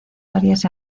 varias